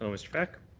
mr. peck.